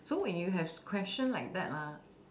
so when you have question like that lah